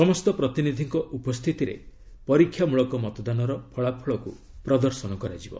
ସମସ୍ତ ପ୍ରତିନିଧିଙ୍କ ଉପସ୍ଥିତିରେ ପରୀକ୍ଷାମୂଳକ ମତଦାନର ଫଳାଫଳକୁ ପ୍ରଦର୍ଶନ କରାଯିବ